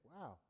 wow